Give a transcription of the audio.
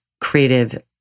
creative